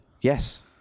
yes